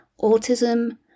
autism